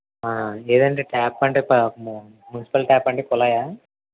ఏది అండి ట్యాప్ అంటే మునిసిపల్ ట్యాప్ అంటే కుళాయా